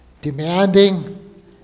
demanding